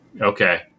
okay